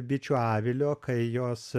bičių avilio kai jos